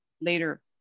later